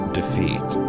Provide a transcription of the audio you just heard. defeat